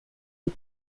des